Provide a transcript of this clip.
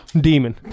Demon